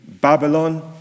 Babylon